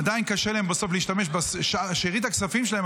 עדיין קשה להם בסוף להשתמש בשארית הכספים שלהם,